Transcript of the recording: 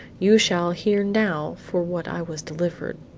you shall hear now for what i was delivered